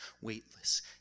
weightless